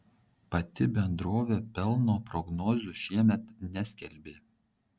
pati bendrovė pelno prognozių šiemet neskelbė